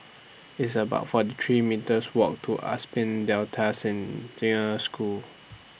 It's about forty three metres Walk to Delta Senior School